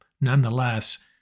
nonetheless